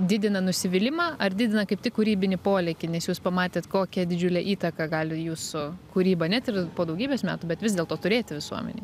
didina nusivylimą ar didina kaip tik kūrybinį polėkį nes jūs pamatėt kokią didžiulę įtaką gali jūsų kūryba net ir po daugybės metų bet vis dėlto turėti visuomenėj